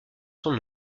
son